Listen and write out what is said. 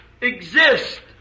exist